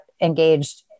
engaged